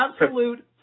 absolute